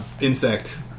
insect